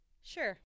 Sure